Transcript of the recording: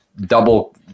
double